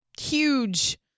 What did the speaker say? huge